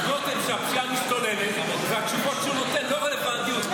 הפשיעה משתוללת, והתשובות שהוא נותן לא רלוונטיות.